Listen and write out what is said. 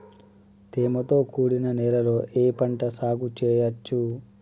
తేమతో కూడిన నేలలో ఏ పంట సాగు చేయచ్చు?